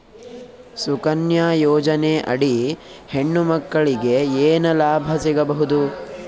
ಸುಕನ್ಯಾ ಯೋಜನೆ ಅಡಿ ಹೆಣ್ಣು ಮಕ್ಕಳಿಗೆ ಏನ ಲಾಭ ಸಿಗಬಹುದು?